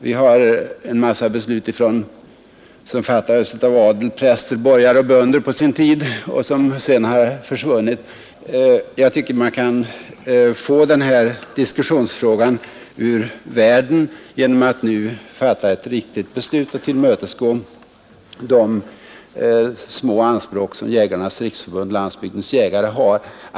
Det fattades på sin tid också många beslut av adel, präster, borgare och bönder. De har väl i stort sett upphävts vid det här laget. Och jag anser att vi nu bör söka få denna debattfråga ur världen genom att fatta ett riktigt beslut och tillmötesgå de små anspråk som Jägarnas riksförbund-Landsbygdens jägare har.